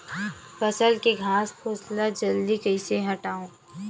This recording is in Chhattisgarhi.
फसल के घासफुस ल जल्दी कइसे हटाव?